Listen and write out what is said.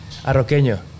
arroqueño